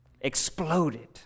exploded